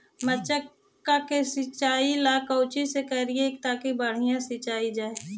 मक्का के सिंचाई ला कोची से करिए ताकी बढ़िया से सींच जाय?